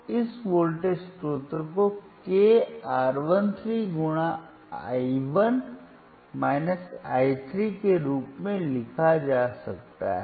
इसलिए इस वोल्टेज स्रोत को k R 1 3 i 1 i 3 के रूप में लिखा जा सकता है